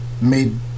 made